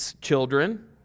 children